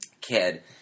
kid